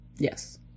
Yes